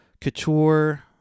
Couture